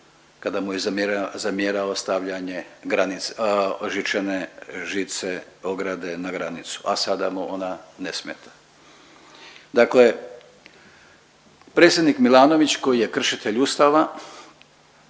kada mu je zamjerao stavljanje žičane, žice ograde na granicu, a sada mu ona ne smeta. Dakle, predsjednik Milanović koji je kršitelj Ustava,